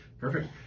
Perfect